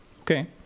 Okay